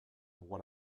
what